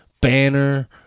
banner